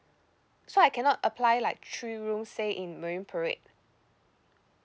so I cannot apply like three room say in marine parade